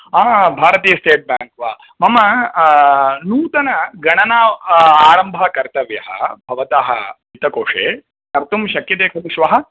आ भारतीय state bank वा मम नूतन गणना आरम्भः कर्तव्यः भवतः वित्तकोशे कर्तुं शक्यते खलु श्वः